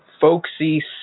folksy